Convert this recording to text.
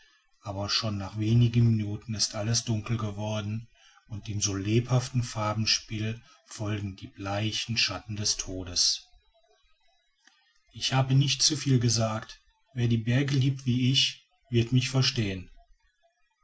aber schon nach wenigen minuten ist alles dunkel geworden und dem so lebhaften farbenspiel folgen die bleichen schatten des todes ich habe nicht zu viel gesagt wer die berge liebt wie ich wird mich verstehen